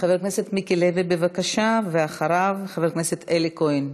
חבר הכנסת מיקי לוי, ואחריו, חבר הכנסת אלי כהן.